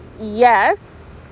yes